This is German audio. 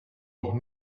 auch